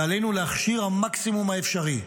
ועלינו להכשיר המקסימום האפשרי.